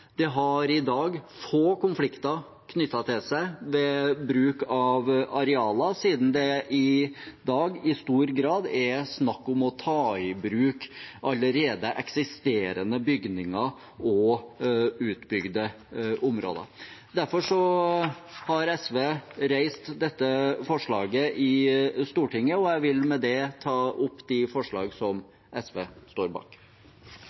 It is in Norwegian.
Det har i dag få konflikter knyttet til seg ved bruk av arealer, siden det i dag i stor grad er snakk om å ta i bruk allerede eksisterende bygninger og utbygde områder. Derfor har SV fremmet dette forslaget i Stortinget, og jeg vil med det ta opp forslagene SV har sammen med Miljøpartiet De